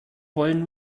wollen